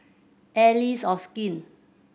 Allies of Skin